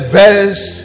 verse